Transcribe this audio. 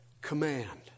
command